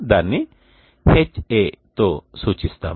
దానిని Ha తో సూచిస్తాము